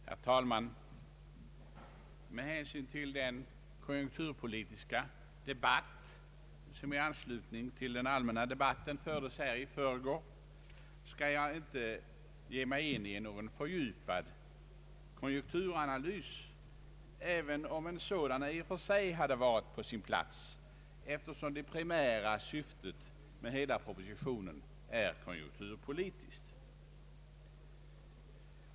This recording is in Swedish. Herr talman! Med hänsyn till den konjunkturpolitiska debatt, som i anslutning till den allmänna debatten fördes här i förrgår, skall jag inte ge mig in i någon fördjupad konjunkturanalys även om en sådan i och för sig hade varit på sin plats, eftersom det primära syftet med hela propositionen är konjunkturpolitiskt.